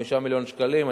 5 מיליון שקלים.